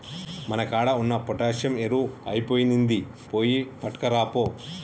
మన కాడ ఉన్న పొటాషియం ఎరువు ఐపొయినింది, పోయి పట్కరాపో